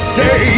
say